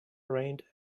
rained